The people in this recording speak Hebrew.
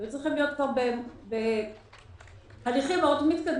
היו צריכים להיות כבר בהליכים מאוד מתקדמים